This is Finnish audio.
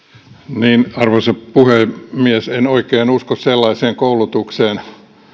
arvoisa puhemies en oikein usko sellaiseen koulutukseen